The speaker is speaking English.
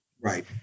Right